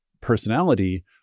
personality